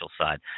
side